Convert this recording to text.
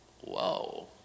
whoa